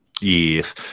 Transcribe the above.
Yes